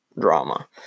drama